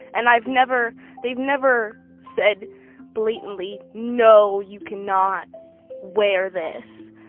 and i've never they've never said blatantly, no, you cannot wear this,